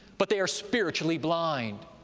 but they are spiritually blind.